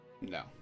No